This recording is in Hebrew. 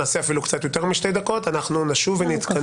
איך אנחנו יוצרים